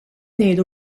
ngħidu